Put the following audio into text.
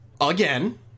again